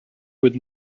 with